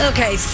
Okay